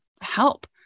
help